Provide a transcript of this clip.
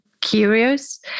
curious